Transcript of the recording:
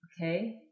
Okay